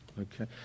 Okay